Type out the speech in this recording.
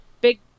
big